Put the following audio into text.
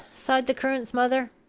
sighed the curate's mother,